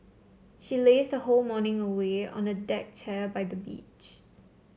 she lazed her whole morning away on a deck chair by the beach